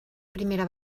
primera